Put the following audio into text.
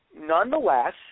nonetheless